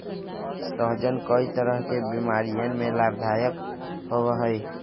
सहजन कई तरह के बीमारियन में लाभदायक होबा हई